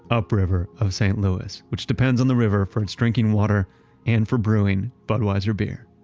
upriver of st. louis, which depends on the river for its drinking water and for brewing budweiser beer.